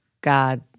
God